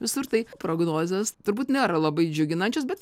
visur tai prognozės turbūt nėra labai džiuginančios bet